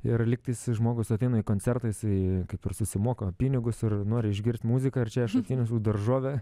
ir lygtais žmogus ateina į koncertą jisai kaip ir susimoka pinigus ir nori išgirst muziką ar čia aš atsinešu daržovę